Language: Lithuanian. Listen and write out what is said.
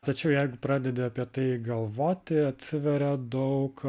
tačiau jeigu pradedi apie tai galvoti atsiveria daug